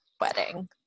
wedding